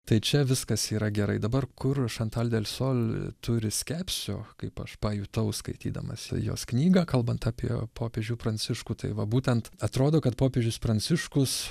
tai čia viskas yra gerai dabar kur šantal delsol turi skepsių kaip aš pajutau skaitydamas jos knygą kalbant apie popiežių pranciškų tai va būtent atrodo kad popiežius pranciškus